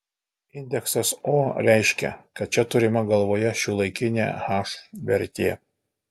indeksas o reiškia kad čia turima galvoje šiuolaikinė h vertė